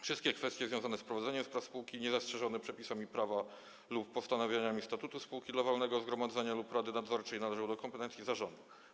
Wszystkie kwestie związane z prowadzeniem spraw spółki, niezastrzeżone przepisami prawami lub postanowieniami statutu spółki dla walnego zgromadzenia lub rady nadzorczej należą do kompetencji zarządu.